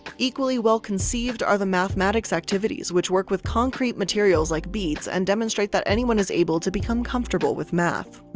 equally well-conceived are the mathematics activities which work with concrete materials like beads, and demonstrate that anyone is able to become comfortable with math.